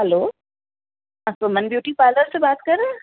hello हां Suman beauty parlour से बात कर रहें हैं